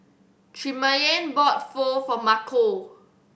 Tremayne bought Pho for Marco